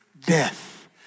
death